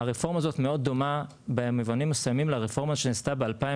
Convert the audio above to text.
הרפורמה הזאת מאוד דומה במובנים מסוימים לרפורמה שנעשתה ב-2017